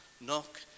Knock